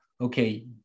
Okay